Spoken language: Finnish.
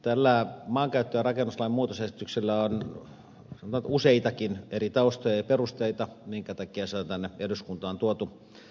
tällä maankäyttö ja rakennuslain muutosesityksellä on useitakin eri taustoja ja perusteita minkä takia se on tänne eduskuntaan tuotu